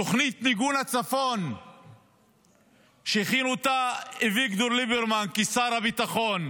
תוכנית מיגון הצפון שהכין אביגדור ליברמן כשר הביטחון,